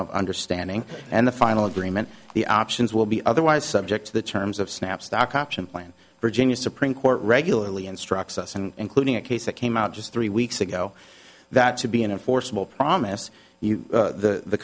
of understanding and the final agreement the options will be otherwise subject to the terms of snap stock option plan virginia supreme court regularly instructs us and including a case that came out just three weeks ago that should be an enforceable promise you the